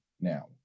now